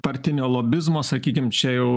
partinio lobizmo sakykim čia jau